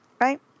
right